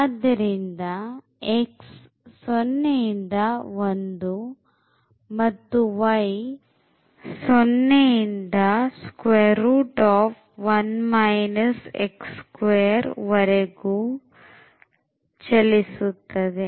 ಆದ್ದರಿಂದ x 0 ಇಂದ 1 ಮತ್ತು y 0 ಇಂದ ವರೆಗೆ ಇರುತ್ತದೆ